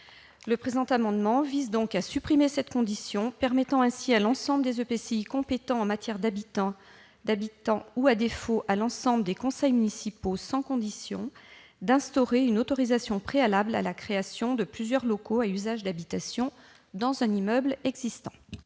Le présent amendement vise à supprimer cette condition, permettant ainsi à l'ensemble des EPCI compétents en matière d'habitat ou, à défaut, à l'ensemble des conseils municipaux, sans condition, d'instaurer une autorisation préalable à la création de plusieurs locaux à usage d'habitation dans un immeuble existant.